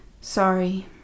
Sorry